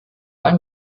allen